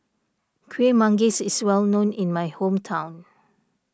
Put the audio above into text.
Kuih Manggis is well known in my hometown